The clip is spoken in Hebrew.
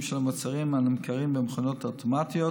של המוצרים הנמכרים במכונות האוטומטיות,